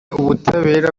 ubutabera